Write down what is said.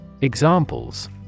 Examples